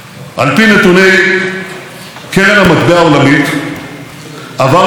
עברנו בתל"ג לנפש את יפן ומדינות חשובות באירופה.